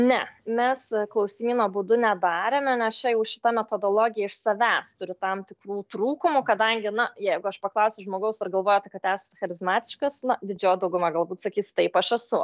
ne mes klausimyno būdu nedarėme nes čia jau šita metodologija iš savęs turi tam tikrų trūkumų kadangi na jeigu aš paklausiu žmogaus ar galvojate kad esate charizmatiškas na didžioji dauguma galbūt sakys taip aš esu